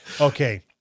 Okay